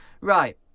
Right